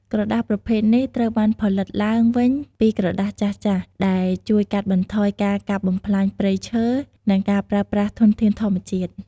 ក្រដាសប្រភេទនេះត្រូវបានផលិតឡើងវិញពីក្រដាសចាស់ៗ ដែលជួយកាត់បន្ថយការកាប់បំផ្លាញព្រៃឈើ និងការប្រើប្រាស់ធនធានធម្មជាតិ។